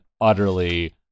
utterly